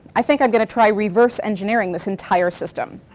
i think i'm going to try reverse-engineering this entire system.